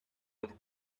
with